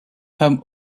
femme